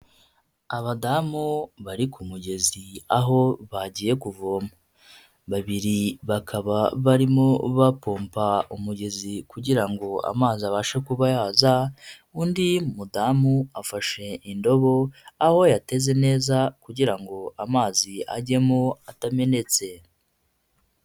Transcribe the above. Abadamu bari ku mugezi aho bagiye kuvoma, babiri bakaba barimo bapompa umugezi kugira ngo amazi abashe kuba yaza, undi mudamu afashe indobo, aho yateze neza kugira ngo amazi ajyemo atamenetse.